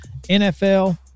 NFL